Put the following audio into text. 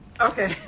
Okay